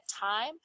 time